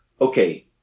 okay